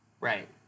right